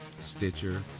Stitcher